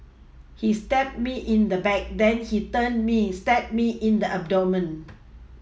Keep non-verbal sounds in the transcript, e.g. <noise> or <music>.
he stabbed me in the back then he turned me stabbed me in the abdomen <noise>